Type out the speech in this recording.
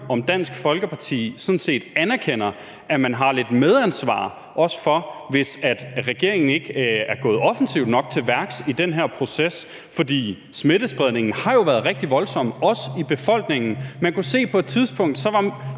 om Dansk Folkeparti sådan set anerkender, at man har lidt medansvar – også for, hvis regeringen ikke er gået offensivt nok til værks i den her proces – for smittespredningen har jo været rigtig voldsom, også i befolkningen. Man kunne på et tidspunkt se, at